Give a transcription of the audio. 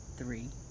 three